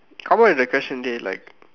come up with a question dey like